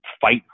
fight